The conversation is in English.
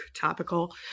topical